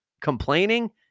complaining